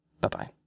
bye-bye